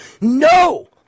No